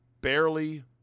barely